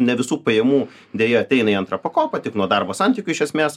ne visų pajamų deja ateina į antrą pakopą tik nuo darbo santykių iš esmės